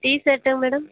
டிஷர்ட்டுங்க madam